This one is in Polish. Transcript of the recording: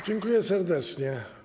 Dziękuję serdecznie.